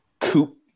coupe